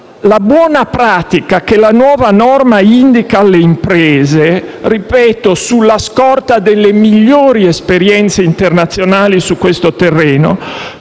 La buona pratica che la nuova norma indica alle imprese - ripeto: sulla scorta delle migliori esperienze internazionali su questo terreno